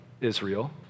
Israel